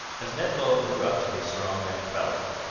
as ned low grew up to be a strong young fellow,